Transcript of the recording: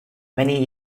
many